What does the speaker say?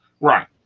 right